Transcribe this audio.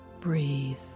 Breathe